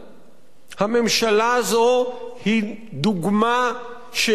הממשלה הזו היא דוגמה של הפקרות